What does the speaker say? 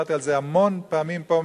ודיברתי על זה המון פעמים פה,